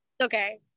okay